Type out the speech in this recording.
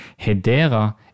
Hedera